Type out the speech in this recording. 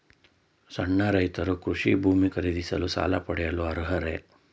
ಸಣ್ಣ ರೈತರು ಕೃಷಿ ಭೂಮಿ ಖರೀದಿಸಲು ಸಾಲ ಪಡೆಯಲು ಅರ್ಹರೇ?